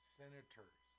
senators